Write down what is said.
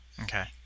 okay